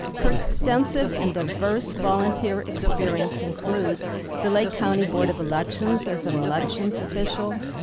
her extensive and diverse volunteer experience includes the lake county board of elections as an elections official,